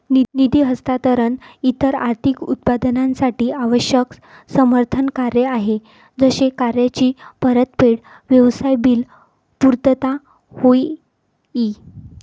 निधी हस्तांतरण इतर आर्थिक उत्पादनांसाठी आवश्यक समर्थन कार्य आहे जसे कर्जाची परतफेड, व्यवसाय बिल पुर्तता होय ई